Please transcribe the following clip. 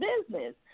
Business